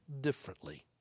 differently